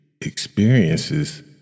experiences